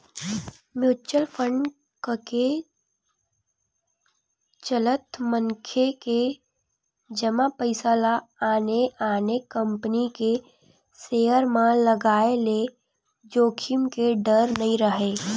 mutual fund कके चलत मनखे के जमा पइसा ल आने आने कंपनी के सेयर म लगाय ले जोखिम के डर नइ राहय